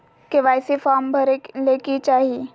KYC form भरे ले कि चाही?